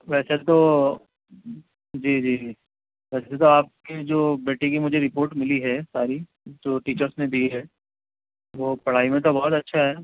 ویسے تو جی جی جی ویسے تو آپ کے جو بیٹے کی مجھے رپوٹ ملی ہے ساری جو ٹیچرس نے دی ہے وہ پڑھائی میں تو بہت اچھا ہے